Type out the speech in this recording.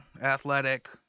athletic